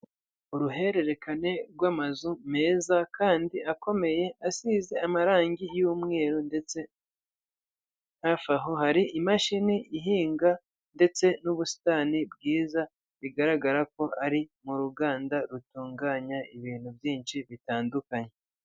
Uruhererekane rw'amazu meza kandi akomeye asize amarangi y'mweru ndetse hafi aho hari imashini ihinga ndetse n'ubusitani bwiza bigaragara ko ari mu ruganda rutunganya ibintu byinshi bitandukanye.